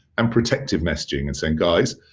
and protective messaging and saying, guys,